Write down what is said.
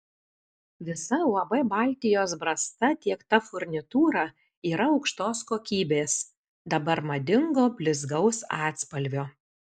visa uab baltijos brasta tiekta furnitūra yra aukštos kokybės dabar madingo blizgaus atspalvio